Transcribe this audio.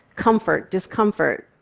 comfort, discomfort.